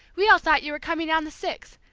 we all thought you were coming on the six.